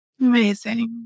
Amazing